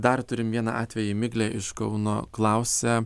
dar turim vieną atvejį miglė iš kauno klausia